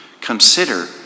consider